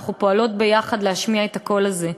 ואנחנו פועלות יחד להשמיע את הקול הזה.